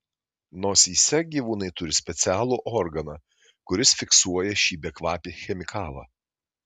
nosyse gyvūnai turi specialų organą kuris fiksuoja šį bekvapį chemikalą